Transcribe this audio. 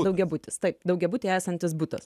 daugiabutis tai daugiabutyje esantis butas